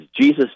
Jesus